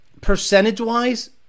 percentage-wise